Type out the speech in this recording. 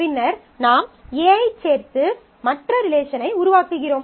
பின்னர் நாம் A ஐச் சேர்த்து மற்ற ரிலேஷனை உருவாக்குகிறோம்